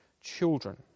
children